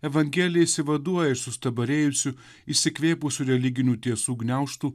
evangelija išsivaduoja iš sustabarėjusių išsikvėpusių religinių tiesų gniaužtų